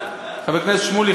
חבר הכנסת שמולי,